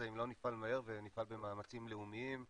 אם לא נפעל מהר ונפעל במאמצים לאומיים.